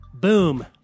Boom